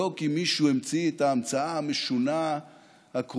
לא כי מישהו המציא את ההמצאה המשונה הקרויה